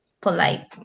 polite